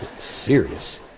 Serious